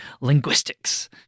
linguistics